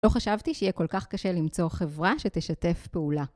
לא חשבתי שיהיה כל כך קשה למצוא חברה שתשתף פעולה.